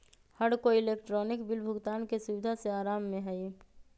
हर कोई electronic bill भुगतान के सुविधा से आराम में हई